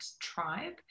Tribe